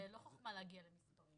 זה לא חכמה להגיע למספרים.